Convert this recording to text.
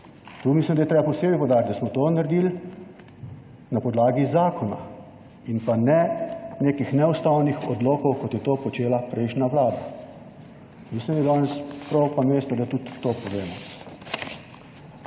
Tu mislim, da je treba posebej poudariti, da smo to naredili na podlagi zakona in pa ne nekih neustavnih odlokov, kot je to počela prejšnja Vlada. / nerazumljivo/ danes prav pa mesto, da tudi to povemo.